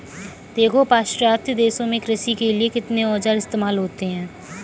देखो पाश्चात्य देशों में कृषि के लिए कितने औजार इस्तेमाल होते हैं